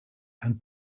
and